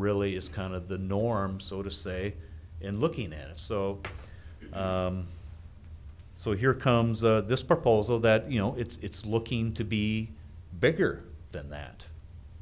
really is kind of the norm so to say in looking at so so here comes the this proposal that you know it's looking to be bigger than that